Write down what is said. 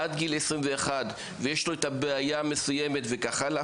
עד גיל 21 ויש לו את הבעיה המסוימת וכך הלאה,